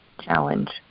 challenge